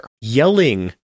Yelling